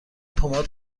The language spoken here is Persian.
پماد